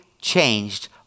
changed